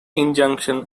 injunction